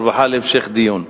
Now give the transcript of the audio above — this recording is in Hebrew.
הרווחה והבריאות להמשך דיון.